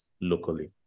locally